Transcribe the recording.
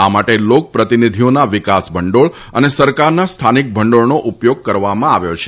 આ માટે લોક પ્રતિનિધિઓના વિકાસ ભંડોળ અને સરકારના સ્થાનિક ભંડોળનો ઉપયોગ કરવામાં આવ્યો છે